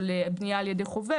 של בנייה על ידי חובב,